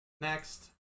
next